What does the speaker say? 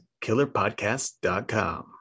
KillerPodcast.com